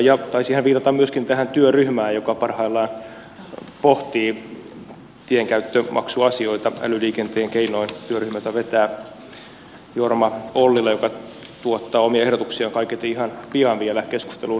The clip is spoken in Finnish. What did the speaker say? taisi hän viitata myöskin tähän työryhmään joka parhaillaan pohtii tienkäyttömaksuasioita älyliikenteen keinoin työryhmään jota vetää jorma ollila ja joka tuottaa omia ehdotuksiaan kaiketi ihan pian vielä keskusteluun